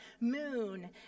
moon